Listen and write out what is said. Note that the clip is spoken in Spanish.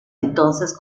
entonces